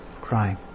crying